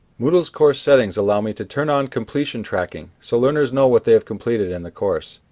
moodle's course settings allow me to turn on completion tracking so learners know what they have completed in the course.